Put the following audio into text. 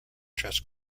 chess